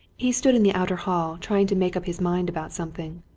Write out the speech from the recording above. he stood in the outer hall trying to make up his mind about something.